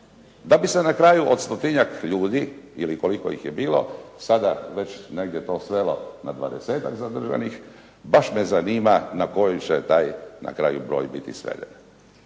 Da bi se na kraju od stotinjak ljudi ili koliko ih je bilo, sada već negdje to svelo na dvadesetak zadržanih. Baš me zanima na koju će taj na kraju broj biti sveden.